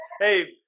Hey